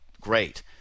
great